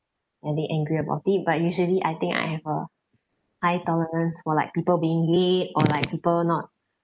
one day angry about it but usually I think I have a high tolerance for like people being late or like people not